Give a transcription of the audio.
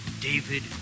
David